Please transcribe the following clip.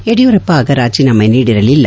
ಯಡಿಯೂರಪ್ಪ ಆಗ ರಾಜೀನಾಮೆ ನೀಡಿರಲಿಲ್ಲ